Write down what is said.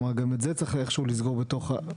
גם את זה צריך לסגור בסוף.